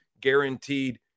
guaranteed